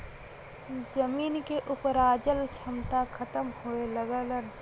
जमीन के उपराजल क्षमता खतम होए लगल